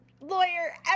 lawyer